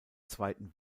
zweiten